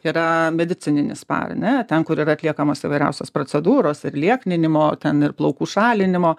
yra medicininis spa ar ne ten kur yra atliekamos įvairiausios procedūros ir liekninimo ten ir plaukų šalinimo